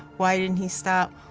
why didn't he stop?